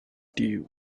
due